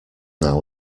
now